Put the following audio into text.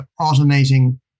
automating